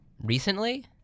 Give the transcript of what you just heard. Recently